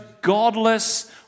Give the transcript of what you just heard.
godless